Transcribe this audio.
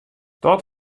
dat